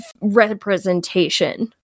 representation